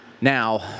Now